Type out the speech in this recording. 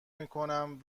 میکنم